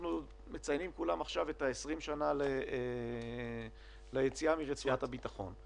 אנחנו מציינים עכשיו 20 שנה ליציאה מרצועת הביטחון.